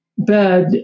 bed